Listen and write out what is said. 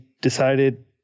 decided